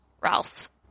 Ralph